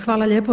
Hvala lijepo.